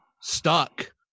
stuck